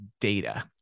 data